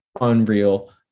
Unreal